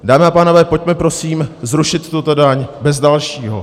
Dámy a pánové, pojďme prosím zrušit tuto daň bez dalšího.